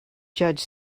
judge